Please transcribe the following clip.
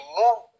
move